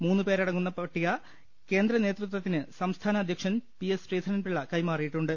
മൂന്നു പേരടങ്ങുന്ന പട്ടിക കേന്ദ്ര നേതൃത്വത്തിന് സംസ്ഥാന അധ്യക്ഷൻ പി എസ് ശ്രീധരൻപിള്ള കൈമാറിയിട്ടുണ്ട്